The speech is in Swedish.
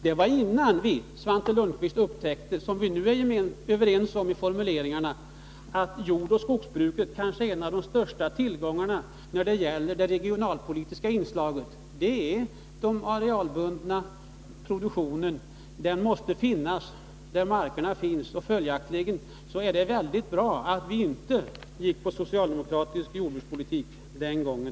Det var innan Svante Lundkvist upptäckte — och nu är vi överens om formuleringarna — att jordoch skogsbruket kanske är en av de största tillgångarna när det gäller regionalpolitiken. Den arealbundna produktionen måste finnas där markerna finns. Följaktligen är det mycket bra att vi inte gick på den socialdemokratiska politiken den gången.